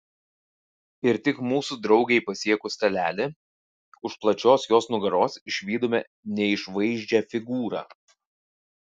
ir tik mūsų draugei pasiekus stalelį už plačios jos nugaros išvydome neišvaizdžią figūrą